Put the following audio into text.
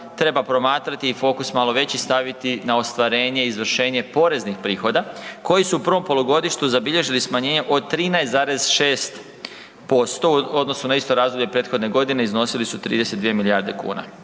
treba promatrati fokus malo veći staviti na ostvarenje i izvršenje poreznih prihoda koji su u prvom polugodištu zabilježili smanjenje od 13,6% u odnosu na isto razdoblje prethodne godine iznosili su 32 milijarde kuna.